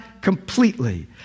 completely